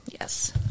Yes